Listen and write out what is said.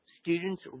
students